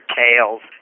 tails